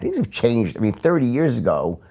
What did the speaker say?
it kind of changed me thirty years ago,